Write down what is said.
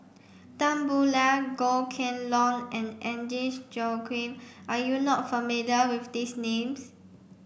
Tan Boo Liat Goh Kheng Long and Agnes Joaquim are you not familiar with these names